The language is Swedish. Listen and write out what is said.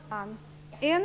Herr talman!